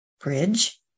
bridge